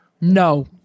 No